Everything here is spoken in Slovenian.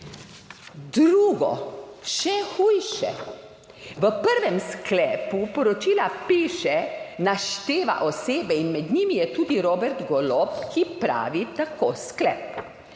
Drugo, še hujše, v prvem sklepu poročila piše, našteva osebe in med njimi je tudi Robert Golob, ki pravi tako, sklep,